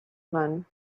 gone